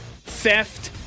theft